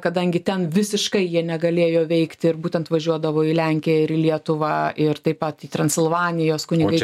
kadangi ten visiškai jie negalėjo veikti ir būtent važiuodavo į lenkiją ir į lietuvą ir taip pat į transilvanijos kunigai